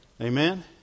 Amen